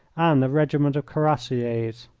and a regiment of cuirassiers.